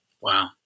Wow